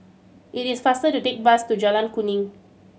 it is faster to take bus to Jalan Kuning